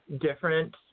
different